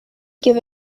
give